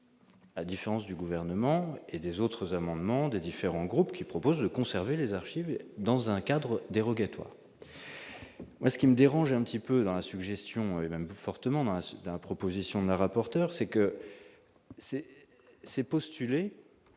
indifférence du gouvernement et des autres amendements des différents groupes qui propose de conserver les archives dans un cadre dérogatoire, moi ce qui me dérange, un petit peu dans la suggestion et même fortement dans assaut d'un proposition de la rapporteure, c'est que c'est c'est postuler